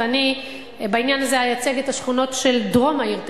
ואני בעניין הזה אייצג את השכונות של דרום העיר תל-אביב,